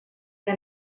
que